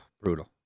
brutal